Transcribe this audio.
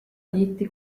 tiitli